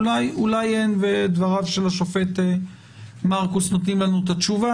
אולי אין ודבריו של השופט מרכוס נותנים לנו את התשובה,